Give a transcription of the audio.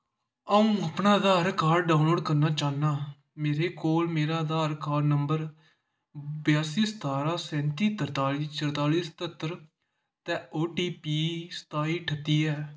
अ'ऊं अपना Aadhaar card download करना चाह्न्नां मेरे कोल मेरा आधार कार्ड नंबर बेआसी सतारां सैंती तरताली चरताली सत्हत्तर ते ओ टी पी सताई ठत्ती ऐ